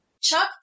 Chuck